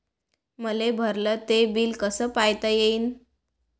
मले भरल ते बिल कस पायता येईन?